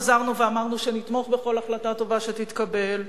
חזרנו ואמרנו שנתמוך בכל החלטה טובה שתתקבל.